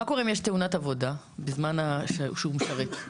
מה קורה אם יש תאונת עבודה בזמן שהוא משרת?